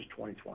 2020